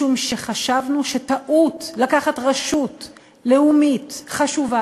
משום שחשבנו שטעות לקחת רשות לאומית חשובה